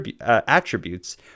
attributes